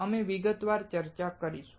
અમે તેમની વિગતવાર ચર્ચા કરીશું